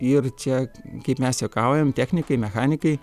ir čia kaip mes juokaujam technikai mechanikai